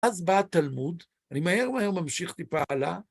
אז בא התלמוד, אני מהר מהר ממשיך טיפה הלאה.